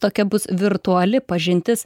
tokia bus virtuali pažintis